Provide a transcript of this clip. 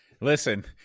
Listen